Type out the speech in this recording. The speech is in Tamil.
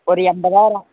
ஒரு எண்பதாயிரம்